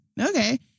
okay